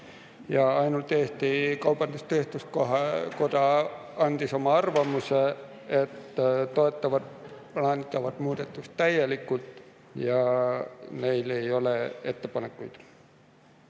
Ainult Eesti Kaubandus-Tööstuskoda andis oma arvamuse, et nad toetavad plaanitavat muudatust täielikult, ja neil ei olnud ettepanekuid.